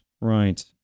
right